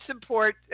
support